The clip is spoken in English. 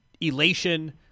elation